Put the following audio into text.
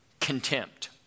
Contempt